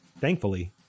Thankfully